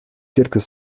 quelques